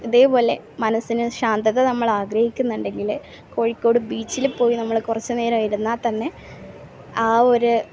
അതുപോലെ മനസ്സിന് ശാന്തത നമ്മൾ ആഗ്രഹിക്കുന്നുണ്ടെങ്കിൽ കോഴിക്കോട് ബീച്ചിൽ പോയി നമ്മൾ കുറച്ച് നേരം ഇരുന്നാൽ തന്നെ ആ ഒരു